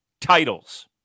titles